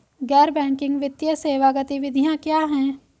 गैर बैंकिंग वित्तीय सेवा गतिविधियाँ क्या हैं?